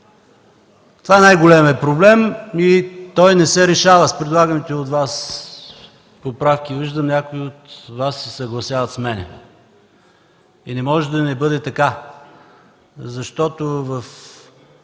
Това е най-големият проблем и той не се решава с предлаганите от Вас поправки. Виждам, че някои от Вас се съгласяват с мен. И не може да не бъде така, защото в